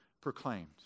proclaimed